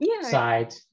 side